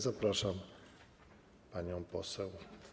Zapraszam panią poseł.